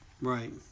Right